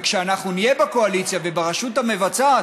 וכשאנחנו נהיה בקואליציה וברשות המבצעת